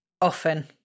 often